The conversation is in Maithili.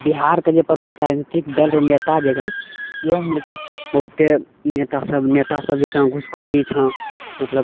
बिहारकेजे प्रमुख राजनीतिक दल नेता आओर जे छऽ एहिमे लेकिन बहुते नेता सब नेता सब जे छऽ घुसखोरी छऽ मतलब